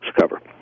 cover